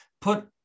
put